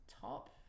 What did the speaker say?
top